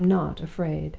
i am not afraid.